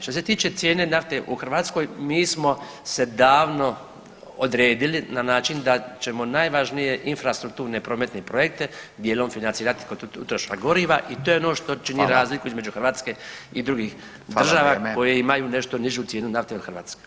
Što se tiče cijene nafte u Hrvatskoj mi smo se davno odredili na način da ćemo najvažnije infrastrukturne prometne projekte dijelom financirati kod utroška goriva i to je ono što čini razliku između Hrvatske i drugih država koje imaju nešto nižu cijenu nafte od Hrvatske.